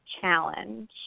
Challenge